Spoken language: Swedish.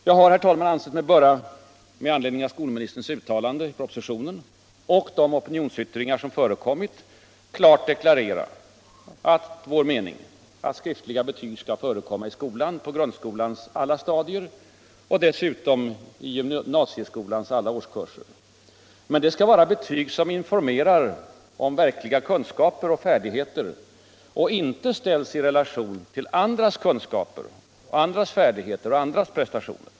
Jag har, herr talman, ansett mig böra, med anledning av skolministerns uttalande i propositionen och de opinionsyttringar som förekommit, klart deklarera vår mening att skriftliga betyg skall förekomma i skolan — på grundskolans alla stadier och dessutom i gymnasieskolans alla årskurser. Men det skall vara betyg som informerar om verkliga kunskaper och färdigheter och inte ställs i relation till andras kunskaper, andras färdigheter och andras prestationer.